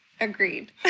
Agreed